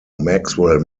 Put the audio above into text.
maxwell